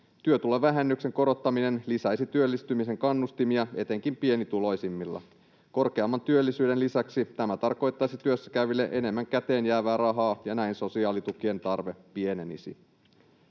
Työtulovähennyksen korottaminen lisäisi työllistymisen kannustimia etenkin pienituloisimmilla. Korkeamman työllisyyden lisäksi tämä tarkoittaisi työssäkäyville enemmän käteen jäävää rahaa, ja näin sosiaalitukien tarve pienenisi.